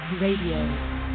Radio